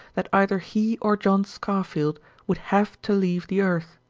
that either he or john scarfield would have to leave the earth.